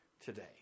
today